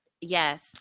yes